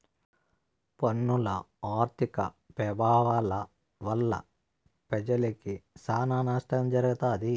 పన్నుల ఆర్థిక పెభావాల వల్ల పెజలకి సానా నష్టం జరగతాది